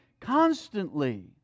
constantly